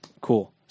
Cool